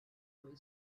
away